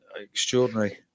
extraordinary